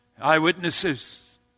Eyewitnesses